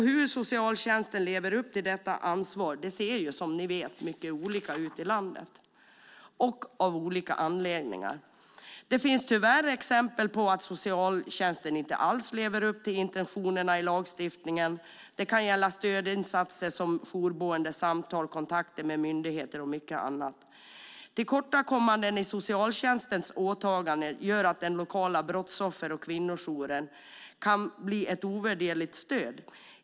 Hur socialtjänsten lever upp till detta ansvar ser som ni vet mycket olika ut i landet, detta av olika anledningar. Det finns tyvärr exempel på att socialtjänsten inte alls lever upp till intentionerna i lagstiftningen. Det kan gälla stödinsatser som jourboende, samtal, kontakter med myndigheter och mycket annat. Tillkortakommanden i socialtjänstens åtagande gör att den lokala brottsoffer och kvinnojouren kan bli ett ovärderligt stöd.